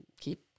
keep